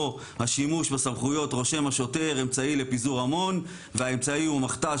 השימוש בסמכויות רושם השוטר אמצעי לפיזור המון והאמצעי הוא מכת"ז